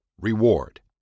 reward